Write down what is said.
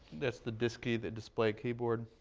that's the dsky, the display keyboard.